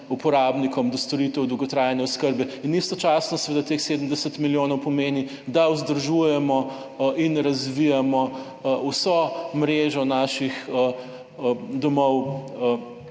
uporabnikom do storitev dolgotrajne oskrbe. Istočasno seveda teh 70 milijonov pomeni, da vzdržujemo in razvijamo vso mrežo naših domov